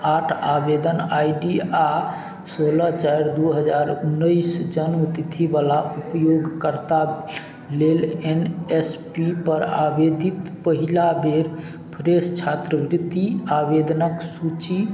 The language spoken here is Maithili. आठ आवेदन आइ डी आओर सोलह चारि दुइ हजार उनैस जनमतिथिवला उपयोगकर्ताके लेल एन एस पी पर आवेदित पहिलबेर फ्रेश छात्रवृति आवेदनके सूचि